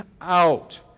out